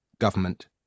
Government